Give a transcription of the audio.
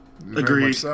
Agreed